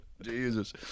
Jesus